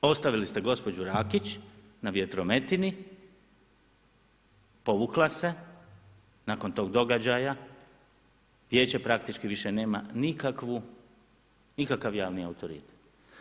Ostavili ste gospođu Rakić na vjetrometini, povukla se, nakon tog događaja Vijeće praktički više nama nikakav javni autoritet.